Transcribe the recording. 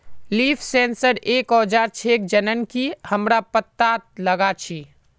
leaf sensor एक औजार छेक जननकी हमरा पत्ततात लगा छी